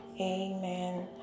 Amen